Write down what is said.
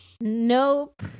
Nope